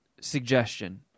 suggestion